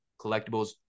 collectibles